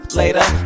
later